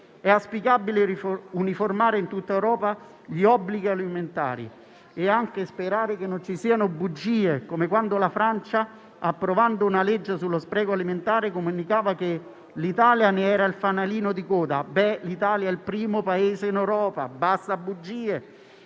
È auspicabile uniformare in tutta Europa gli obblighi alimentari e sperare che non ci siano bugie, come quando la Francia, approvando una legge sullo spreco alimentare, comunicava che l'Italia era il fanalino di coda. Ebbene, l'Italia è il primo Paese in Europa, basta bugie.